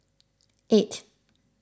eight